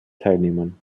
teilnehmern